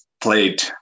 played